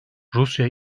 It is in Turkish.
rusya